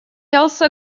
also